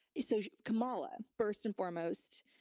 so kamala first and foremost,